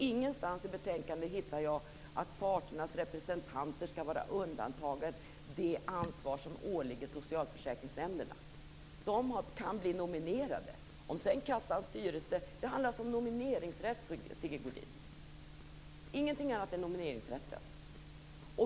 Ingenstans i betänkandet hittar jag att det står att parternas representanter skall vara undantagna från det ansvar som åligger socialförsäkringsnämnderna. De kan bli nominerade. Det handlar alltså om nomineringsrätten, ingenting annat.